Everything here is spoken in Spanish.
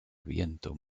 viento